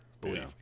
Believe